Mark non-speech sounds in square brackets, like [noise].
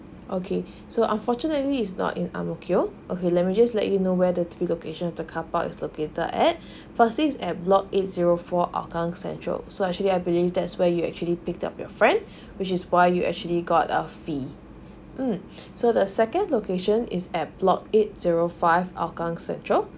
[breath] okay [breath] so unfortunately is not in ang mo kio okay let me just let you know where the three locations of the car park is located at [breath] firstly is at block eight zero four hougang central so actually I believe that's where you actually pick up your friend [breath] which is why you actually got a fee mm [breath] so the second location is at block eight zero five hougang central